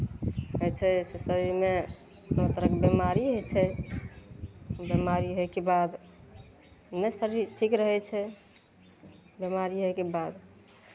होइ छै शरीरमे कोनो तरहके बेमारी होइ छै बेमारी होयके बाद नहि शरीर ठीक रहै छै बेमारी होयके बाद